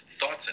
thoughts